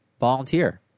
volunteer